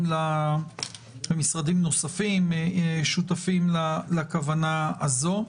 ומשרדים נוספים שותפים לכוונה הזאת.